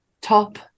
top